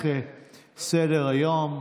בסדר-היום.